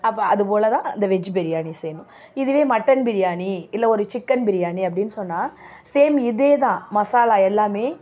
அப்போ அது போல தான் இந்த வெஜ் பிரியாணி செய்யணும் இதுவே மட்டன் பிரியாணி இல்லை ஒரு சிக்கன் பிரியாணி அப்படின்னு சொன்னால் சேம் இதே தான் மசாலா எல்லாம்